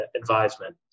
advisement